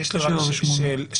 יש לי רק שאלה.